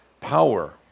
Power